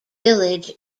village